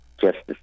Justice